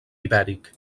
ibèric